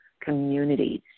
communities